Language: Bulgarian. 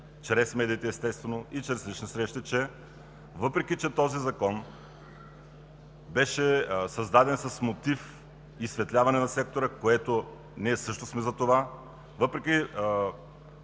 чрез медиите естествено, и чрез лични срещи, че въпреки че този закон беше създаден с мотив за изсветляване на сектора. Ние също сме за това, въпреки